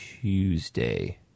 Tuesday